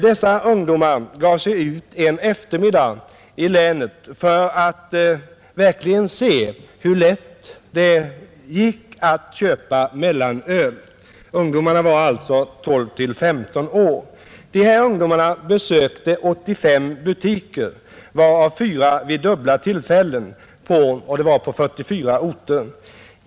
Dessa ungdomar gav sig ut en eftermiddag för att se hur lätt det var att få köpa mellanöl. De besökte 85 butiker, fyra av dem vid dubbla tillfällen, på 44 orter.